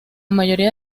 mayoría